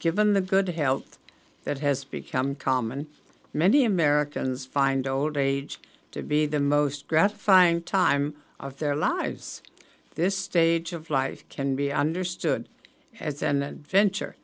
given the good health that has become common many americans find old age to be the most gratifying time of their lives this stage of life can be understood as an adventure